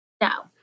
No